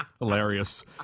hilarious